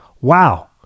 wow